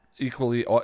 equally